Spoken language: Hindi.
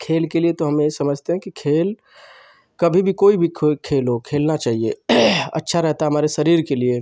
खेल के लिए तो हम यही समझते हैं कि खेल कभी भी कोई भी कोई खेल हो खेलना चाहिए अच्छा रहता है हमारे शरीर के लिए